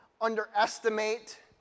underestimate